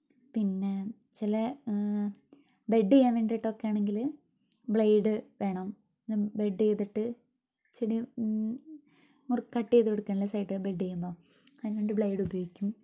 പിന്നെ ചില ബെഡ് ചെയ്യാൻ വേണ്ടീട്ടൊക്കെയാണെങ്കില് ബ്ലൈഡ് വേണം ബെഡ് ചെയ്തിട്ട് ചെടിയെ മുറ കട്ട് ചെയ്ത് കൊടുക്കാല്ല സൈഡ് ബെഡ് ചെയ്യുമ്പം അതിനു വേണ്ടി ബ്ലൈഡ് ഉപയോഗിക്കും